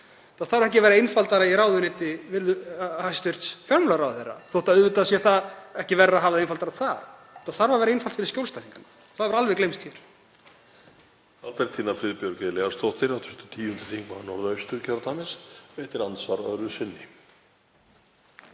Þetta þarf ekki að vera einfaldara í ráðuneyti hæstv. fjármálaráðherra, þótt auðvitað sé ekki verra að hafa það einfaldara þar. Þetta þarf að vera einfalt fyrir skjólstæðingana. Það hefur alveg gleymst hér.